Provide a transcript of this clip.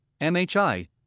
MHI